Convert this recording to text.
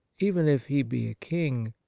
even if he be a king,